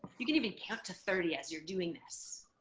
you can even count to thirty as you're doing this